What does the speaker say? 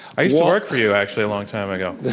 i used to work for you, actually, a long time ago.